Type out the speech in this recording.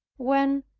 when,